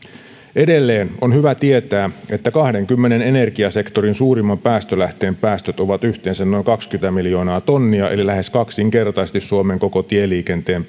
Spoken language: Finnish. edelleen on hyvä tietää että kahdenkymmenen energiasektorin suurimman päästölähteen päästöt ovat yhteensä noin kaksikymmentä miljoonaa tonnia eli lähes kaksinkertaisesti suomen koko tieliikenteen